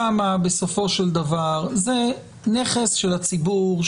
שם בסופו של דבר זה נכס של הציבור,